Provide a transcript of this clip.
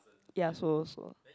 ya so so